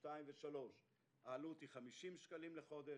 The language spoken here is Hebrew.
2 ו-3 העלות היא 50 שקלים לחודש,